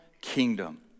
kingdom